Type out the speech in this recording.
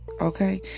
okay